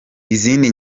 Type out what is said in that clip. izindi